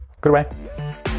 Goodbye